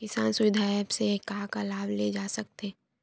किसान सुविधा एप्प से का का लाभ ले जा सकत हे?